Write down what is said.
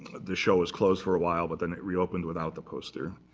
the show was closed for a while, but then it reopened without the poster.